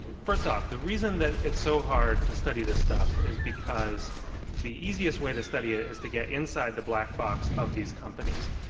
first off, the reason that it's so hard to study this stuff is because the easiest way to study it is to get inside the black box of these companies.